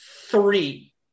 three